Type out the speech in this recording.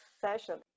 session